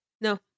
No